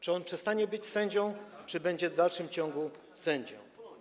Czy on przestanie być sędzią, czy będzie w dalszym ciągu sędzią?